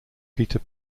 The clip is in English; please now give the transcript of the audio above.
peter